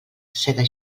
seda